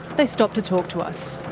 they stop to talk to us.